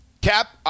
cap